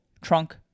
trunk